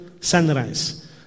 Sunrise